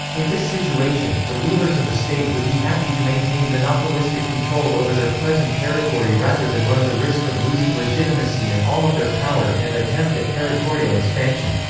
in this situation, the rulers of the state would be happy to maintain monopolistic control over their present territory rather than run the risk of losing legitimacy and all of their power in an attempt at territorial expansion.